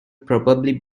probably